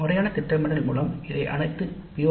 முறையான திட்டமிடல் மூலம் இந்த அனைத்து பி